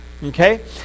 Okay